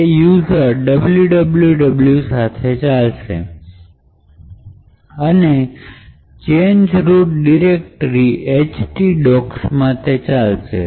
તે user www સાથે ચાલશે અને તે ચેન્જ રૂટ ડિરેક્ટરી ht docsમાં ચાલશે